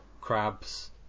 crabs